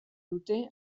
dute